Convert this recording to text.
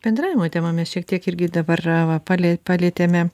bendravimo tema mes šiek tiek irgi dabar va palie palietėme